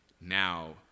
now